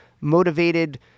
motivated